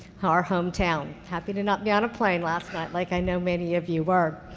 our hometown. happy to not be on a plane last night, like i know many of you were.